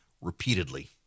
repeatedly